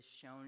shown